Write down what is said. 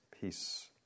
peace